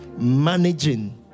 managing